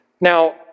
Now